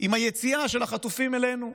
עם היציאה של החטופים אלינו,